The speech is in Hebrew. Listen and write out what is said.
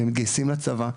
הם מתגייסים לצבא,